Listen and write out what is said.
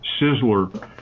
Sizzler